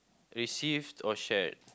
received or shared